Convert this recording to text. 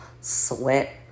sweat